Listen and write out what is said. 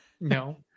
No